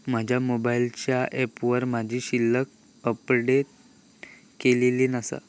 माझ्या मोबाईलच्या ऍपवर माझी शिल्लक अपडेट केलेली नसा